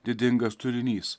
didingas turinys